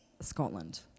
Scotland